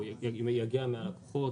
או אם יגיע מהלקוחות?